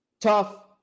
Tough